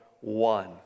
one